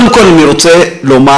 רוצה לומר,